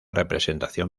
representación